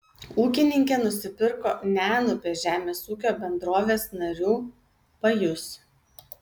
ūkininkė nusipirko nenupės žemės ūkio bendrovės narių pajus